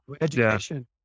Education